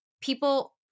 people